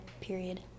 period